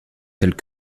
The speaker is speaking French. tels